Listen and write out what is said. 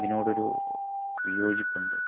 അതിനോടൊരു വിയോജിപ്പുണ്ട്